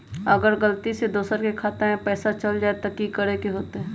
अगर गलती से दोसर के खाता में पैसा चल जताय त की करे के होतय?